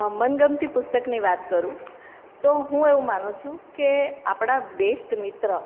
મનગમતી પુસ્તકની વાત કરું તો હું એવું માનું છું કે આપણા બેસ્ટ મિત્ર